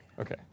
Okay